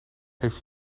heeft